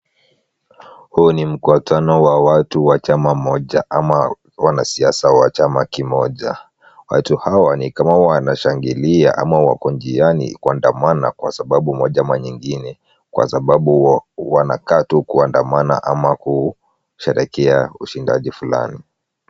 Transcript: Huu ni mkutano wa watu wa chama moja ama wanasiasa wa chama kimoja. Watu hawa ni kama wanashangilia ama wako njiani kuandamana kwa sababu moja ama nyingine kwa sababu wanakaa tu kuandamana ama kusheherekea ushindaji fulani.